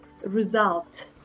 result